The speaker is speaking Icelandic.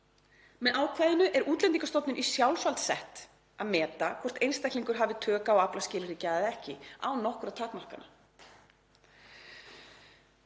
Með ákvæðinu er Útlendingastofnun í sjálfsvald sett að meta hvort einstaklingur hafi tök á að afla skilríkja eða ekki, án nokkurra takmarkana.